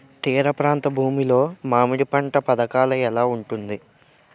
తీర ప్రాంత భూమి లో మామిడి పంట పథకాల ఎలా ఉంటుంది?